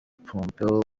pompeo